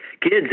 Kids